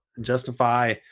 justify